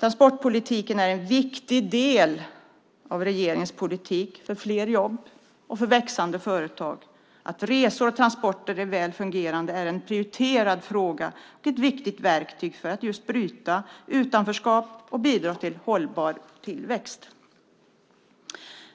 Transportpolitiken är en viktig del av regeringens politik för fler jobb och växande företag. Att resor och transporter är väl fungerande är en prioriterad fråga. Det är ett viktigt verktyg för att bryta utanförskap och bidra till en hållbar tillväxt.